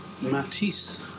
Matisse